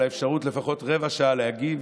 על האפשרות לפחות רבע שעה להגיב.